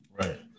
Right